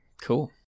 cool